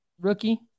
rookie